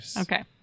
okay